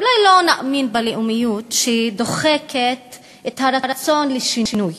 אולי לא נאמין בלאומיות כשהיא דוחקת את הרצון לשינוי,